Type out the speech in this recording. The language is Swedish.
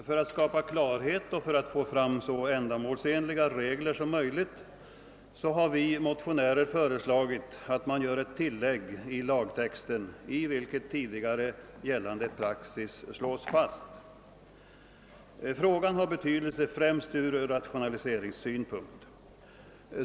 För att skapa klarhet och få fram så ändamålsenliga regler som möjligt har vi motionärer föreslagit ett tillägg till lagtexten vari tidigare gällande praxis slås fast. Frågan har betydelse främst från rationaliseringssynpunkt.